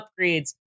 upgrades